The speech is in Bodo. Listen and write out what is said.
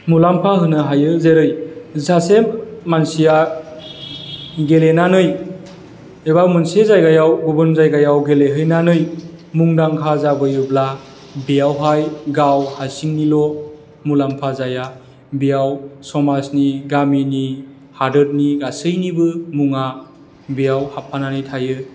मुलाम्फा होनो हायो जेरै सासे मानसिया गेलेनानै एबा मोनसे जायगायाव गुबुन जायगायाव गेलेहैनानै मुंदांखा जाबोयोब्ला बेयावहाय गाव हारसिंनिल' मुलाम्फा जाया बेयाव समाजनि गामिनि हादरनि गासैनिबो मुङा बेयाव हाबफानानै थायो